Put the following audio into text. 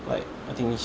like I think sh~